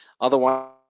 otherwise